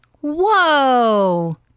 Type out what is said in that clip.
Whoa